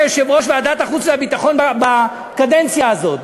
יושב-ראש ועדת החוץ והביטחון בקדנציה הזאת,